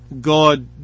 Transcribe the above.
God